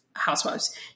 housewives